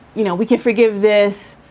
you know, we can forgive this,